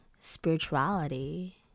spirituality